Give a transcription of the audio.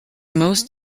most